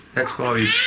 that's why we